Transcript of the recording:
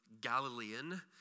Galilean